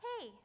hey